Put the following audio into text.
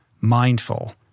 mindful